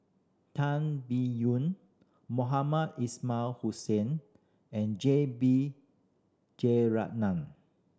Tan Biyun Mohamed Ismail Hussain and J B Jeyaretnam